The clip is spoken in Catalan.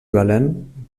valent